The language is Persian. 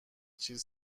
چیز